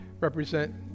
represent